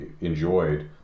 enjoyed